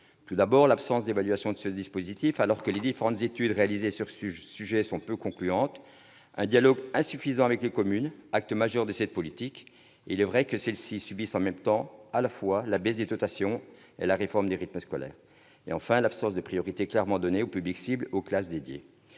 avez hérités : absence d'évaluation de ce dispositif, alors que les différentes études réalisées sur ce sujet sont peu concluantes ; dialogue insuffisant avec les communes, acteurs majeurs de cette politique- il est vrai que celles-ci subissent, en même temps, à la fois la baisse des dotations et la réforme des rythmes scolaires -; absence de priorité clairement donnée aux publics cibles et aux classes dédiées.